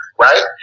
right